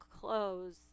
clothes